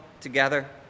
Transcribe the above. together